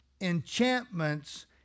enchantments